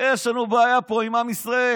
יש לנו בעיה פה עם עם ישראל.